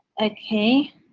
Okay